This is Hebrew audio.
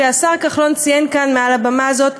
שהשר כחלון ציין כאן מעל הבמה הזאת,